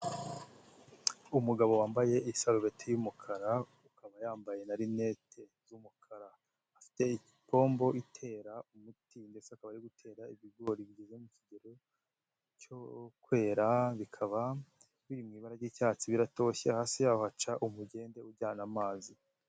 Umugabo wambaye isarubeti y'umukara akaba yambaye na linete z'umukara, afite ipombo itera umuti ndetse akaba ari gutera ibigori bigeze mu kigero cyo kwera, bikaba biri mu ibara ry'icyatsi, biratoshye hasi y'aho haca umugende ujyana amazi.